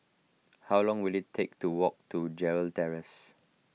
how long will it take to walk to Gerald Terrace